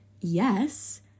Yes